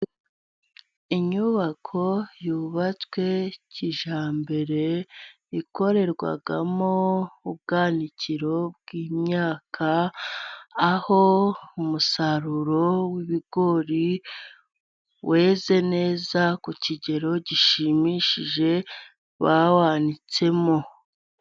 Inyubako yubatswe kijyambere, ikorerwamo ubwanitsi bw'imyaka, aho umusaruro w'ibigori weze neza ku kigero gishimishije. Bawanitsemo.